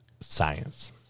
science